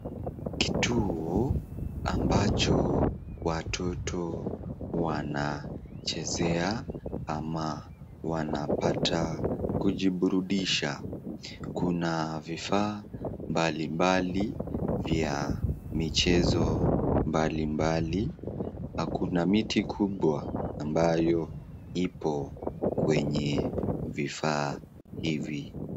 Kitu ambacho watoto wanachezea ama wanapata kijiburudisha. Kuna vifaa mbali mbali vya michezo mbali mbali na kuna miti kubwa ambayo ipo kwenye vifaa hivi.